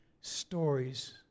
stories